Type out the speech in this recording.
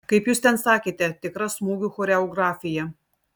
kaip jūs ten sakėte tikra smūgių choreografija